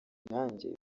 nanjye